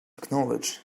knowledge